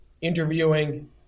interviewing